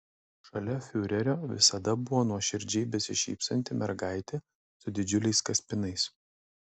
šalia fiurerio visada buvo nuoširdžiai besišypsanti mergaitė su didžiuliais kaspinais